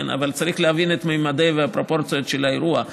אבל צריך להבין את הממדים והפרופורציות של האירוע.